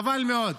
חבל מאוד.